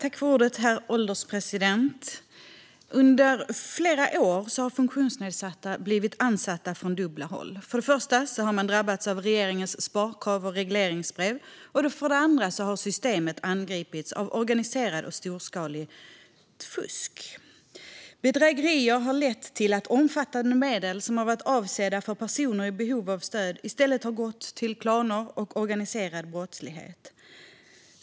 Herr ålderspresident! Under flera år har funktionsnedsatta blivit ansatta från dubbla håll. För det första har de drabbats av regeringens sparkrav och regleringsbrev. För det andra har systemet angripits av organiserat och storskaligt fusk. Bedrägerier har lett till att omfattande medel som har varit avsedda för personer i behov av stöd i stället har gått till klaner och organiserad brottslighet.